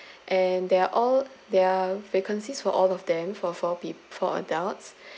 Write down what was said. and they are all their vacancies for all of them for four peop~ four adults